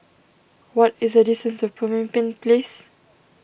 what is the distance to Pemimpin Place